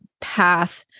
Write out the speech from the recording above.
path